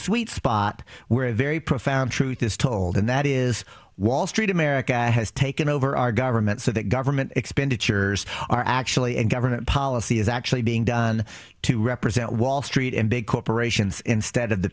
sweet spot where a very profound truth is told and that is wall street america has taken over our government so that government expenditures are actually in government policy is actually being done to represent wall street and big corporations instead of the